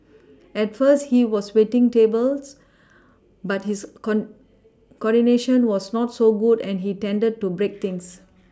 at first he was waiting tables but his corn coordination was not so good and he tended to break things